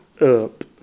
up